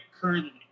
currently